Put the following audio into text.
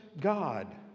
God